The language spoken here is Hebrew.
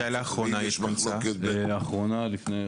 מתי לאחרונה היא התכנסה?